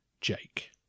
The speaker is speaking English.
Jake